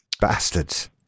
Bastards